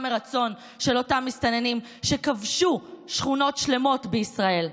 מרצון של אותם מסתננים שכבשו שכונות שלמות בישראל.